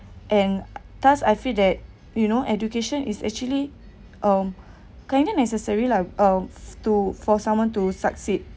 and thus I feel that you know education is actually um kind of necessary like uh to for someone to succeed